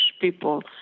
people